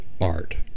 art